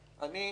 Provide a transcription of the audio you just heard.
אני מבין,